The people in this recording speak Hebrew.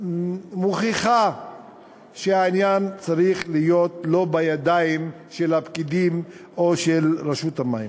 מוכיח שהעניין לא צריך להיות בידיים של הפקידים או של רשות המים.